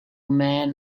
man